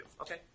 Okay